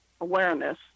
awareness